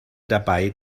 dabei